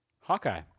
Hawkeye